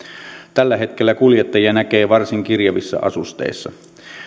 tällä hetkellä kuljettajia näkee varsin kirjavissa asusteissa